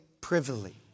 privily